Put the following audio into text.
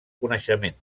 coneixement